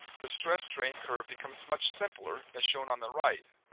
the stress-strain curve becomes much simpler as shown on the right.